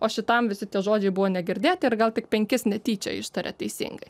o šitam visi tie žodžiai buvo negirdėti ir gal tik penkis netyčia ištarė teisingai